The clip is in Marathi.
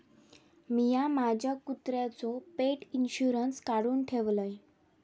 मिया माझ्या कुत्र्याचो पेट इंशुरन्स काढुन ठेवलय